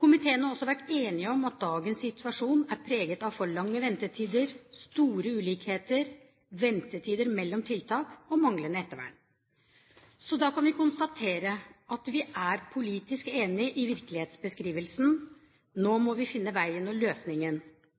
Komiteen har også vært enig om at dagens situasjon er preget av for lange ventetider, store ulikheter, ventetider mellom tiltak og manglende ettervern. Så da kan vi konstatere at vi er politisk enig i virkelighetsbeskrivelsen, nå må vi finne veien og løsningen.